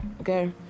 okay